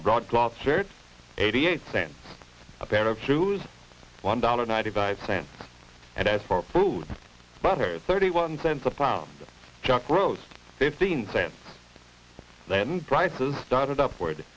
shirts eighty eight cents a pair of shoes one dollar ninety five cents and as for food butter thirty one cents a pound chuck roast fifteen cents land prices started upward